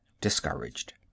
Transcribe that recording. discouraged